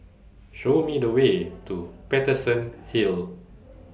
Show Me The Way to Paterson Hill